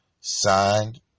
signed